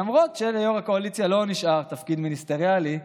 למרות שליו"ר הקואליציה לא נשאר תפקיד מיניסטריאלי,